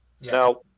Now